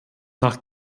nach